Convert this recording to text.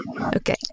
Okay